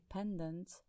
independent